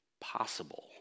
possible